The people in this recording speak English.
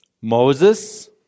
Moses